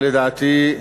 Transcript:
לדעתי,